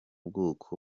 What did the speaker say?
bwoko